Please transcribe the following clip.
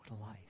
life